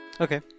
okay